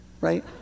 right